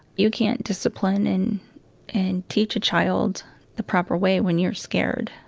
you can't discipline and and teach a child the proper way when you're scared